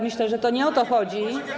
Myślę, że to nie o to chodzi.